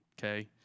okay